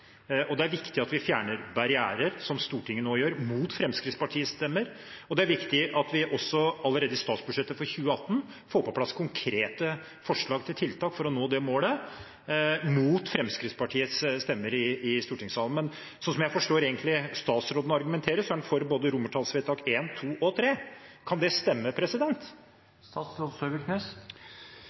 Det er viktig at vi fjerner barrierer, som Stortinget nå gjør – mot Fremskrittspartiets stemmer. Det er også viktig at vi allerede i statsbudsjettet for 2018 får på plass konkrete forslag til tiltak for å nå det målet – mot Fremskrittspartiets stemmer i stortingssalen. Men slik jeg forstår statsrådens argumentasjon, er han for både I, II og III. Kan det stemme?